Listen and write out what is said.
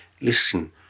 listen